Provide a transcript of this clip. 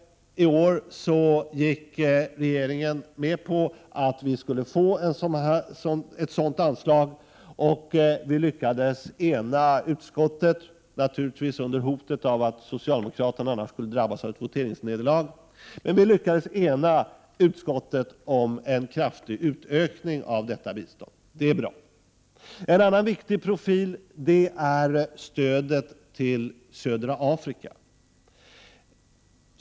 I år gick regeringen med på ett sådant anslag, och vi lyckades ena utrikesutskottet, naturligtvis under hotet att socialdemokraterna annars skulle drabbas av ett voteringsnederlag, om en kraftig utökning av detta bistånd. Det är bra. En annan viktig profil är stödet till södra Afrika.